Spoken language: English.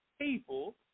people